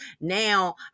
Now